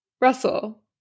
Russell